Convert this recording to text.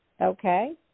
Okay